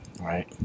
Right